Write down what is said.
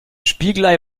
spiegelei